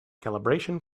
calibration